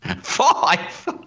Five